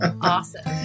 awesome